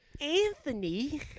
Anthony